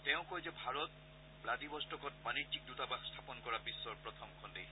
তেওঁ কয় যে ভাৰত ভ্ৰাডিডষ্ট'কত বাণিজ্যিক দৃতাবাস স্থাপন কৰা বিশ্বৰ প্ৰথমখন দেশ